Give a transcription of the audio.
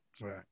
Right